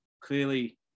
clearly